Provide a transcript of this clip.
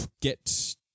get